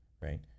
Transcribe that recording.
right